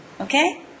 Okay